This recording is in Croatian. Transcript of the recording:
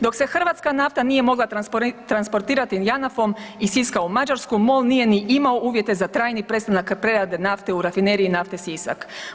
Dok se hrvatska nafta nije mogla transportirati Janafom iz Siska u Mađarsku MOL nije ni imao uvjete za trajni prestanak prerade nafte u Rafineriji nafte Sisak.